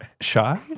Shy